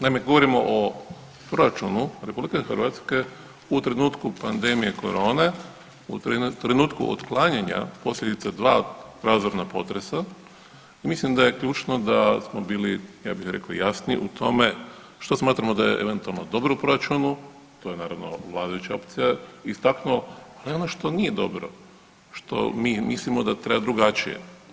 Naime, govorim o Proračunu RH u trenutku pandemije korone, u trenutku otklanjanja posljedica 2 razorna potresa, mislim da je ključno da smo bili, ja bih rekao, jasni u tome, što smatramo da je eventualno dobro u Proračunu, to je naravno, vladajuća opcija istaknula, no ono što nije dobro što mi mislimo da treba drugačije.